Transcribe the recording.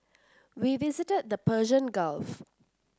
we visited the Persian Gulf